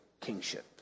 kingship